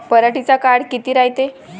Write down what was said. पराटीचा काळ किती रायते?